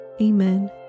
Amen